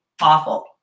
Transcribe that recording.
awful